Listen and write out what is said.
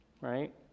right